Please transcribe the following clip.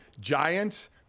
Giants